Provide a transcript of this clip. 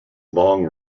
long